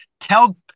Tell